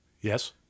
Yes